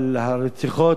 אבל הרציחות,